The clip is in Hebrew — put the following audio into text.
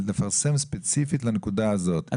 לפרסם ספציפית לנקודה הזאת,